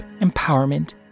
empowerment